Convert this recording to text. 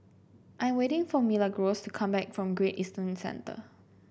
I'm waiting for Milagros to come back from Great Eastern Centre